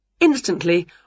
Instantly